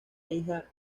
hija